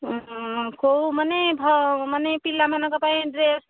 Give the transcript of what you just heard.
କେଉଁ ମାନେ ମାନେ ପିଲାମାନଙ୍କ ପାଇଁ ଡ୍ରେସ୍